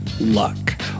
luck